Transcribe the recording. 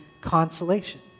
consolation